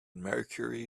mercury